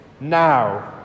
now